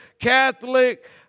Catholic